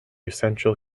central